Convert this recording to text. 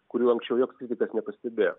kurių anksčiau joks kritikas nepastebėjo